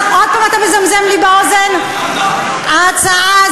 הוא מדבר מדם לבו, אדוני היושב-ראש.